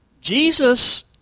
Jesus